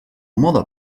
mode